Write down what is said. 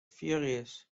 furious